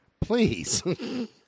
please